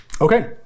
Okay